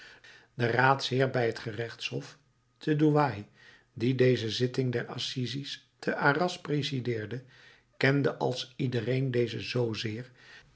de raadsheer bij het gerechtshof te douai die deze zitting der assises te arras presideerde kende als iedereen dezen zoozeer